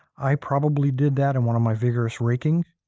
i probably did that in one of my vigorous raking.